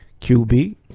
QB